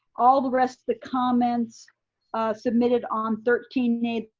all the rest of the comments submitted on thirteen a,